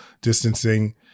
distancing